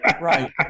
right